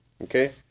Okay